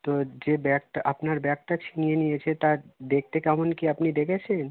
তো যে ব্যাগটা আপনার ব্যাগটা ছিনিয়ে নিয়েছে তার দেখতে কেমন কী আপনি দেখেছেন